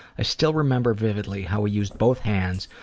i still remember vividly how he used both hands,